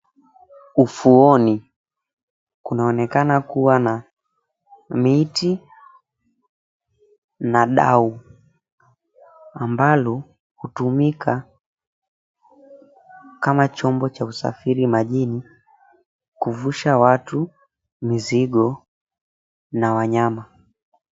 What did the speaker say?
Ufuoni kunaonekana kuwa na miti na dau ambalo hutumika kama chombo cha usafiri majini kuvusha watu, mizigo na wanyama.